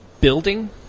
building